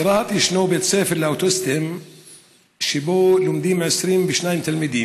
ברהט ישנו בית ספר לאוטיסטים שבו לומדים 22 תלמידים.